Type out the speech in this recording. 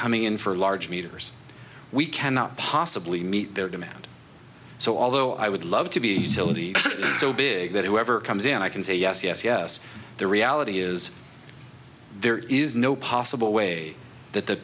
coming in for large meters we cannot possibly meet their demand so although i would love to be a utility so big that whoever comes in i can say yes yes yes the reality is there is no possible way that the